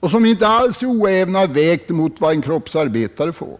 och som inte alls är oävna vägda emot vad en kroppsarbetare får.